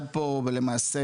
למעשה,